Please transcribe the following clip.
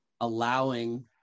allowing